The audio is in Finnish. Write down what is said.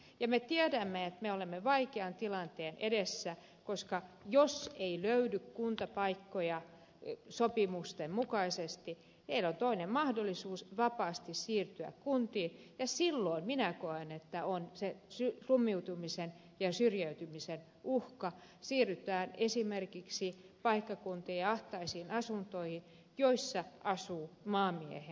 me tiedämme että me olemme vaikean tilanteen edessä koska jos ei löydy kuntapaikkoja sopimusten mukaisesti heillä on toinen mahdollisuus vapaasti siirtyä kuntiin ja minä koen että silloin on se slummiutumisen ja syrjäytymisen uhka kun siirrytään esimerkiksi paikkakuntien ahtaisiin asuntoihin joissa asuu maanmiehiä